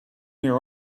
your